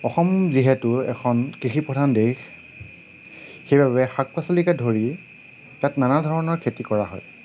অসম যিহেতু এখন কৃষি প্ৰধান দেশ সেইবাবে শাক পাচলিকে ধৰি তাত নানা ধৰণৰ খেতি কৰা হয়